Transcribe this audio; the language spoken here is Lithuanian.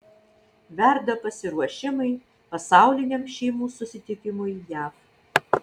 verda pasiruošimai pasauliniam šeimų susitikimui jav